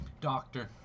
Doctor